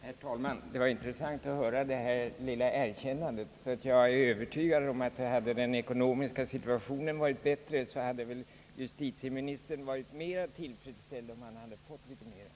Herr talman! Det var intressant att höra det här lilla erkännandet. Jag är emellertid övertygad om att hade den ekonomiska situationen varit bättre så hade väl justitieministern varit mera tillfredsställd om han hade fått litet mera.